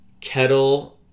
Kettle